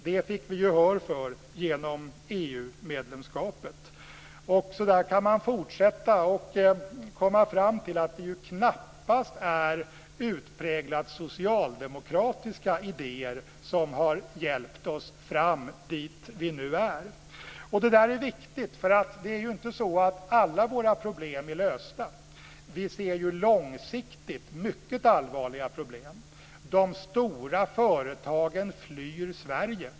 Det fick vi gehör för genom EU-medlemskapet. Så där kan man fortsätta och komma fram till att det knappast är utpräglat socialdemokratiska idéer som har hjälpt oss fram dit där vi nu är. Det där är viktigt, för det är inte så att alla våra problem är lösta. Långsiktigt ser vi mycket allvarliga problem. De stora företagen flyr Sverige.